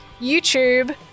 YouTube